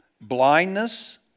blindness